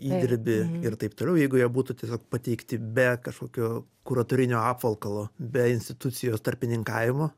įdirbį ir taip toliau jeigu jie būtų tiesiog pateikti be kažkokio kuratorinio apvalkalo be institucijos tarpininkavimo